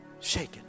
Shaken